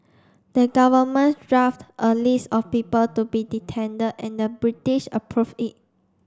the governments draft a list of people to be and the British approved it